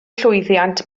llwyddiant